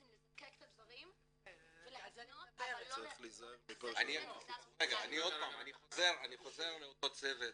לזקק את הדברים ולהפנות --- אני חוזר לאותו צוות